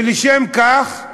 משום כך,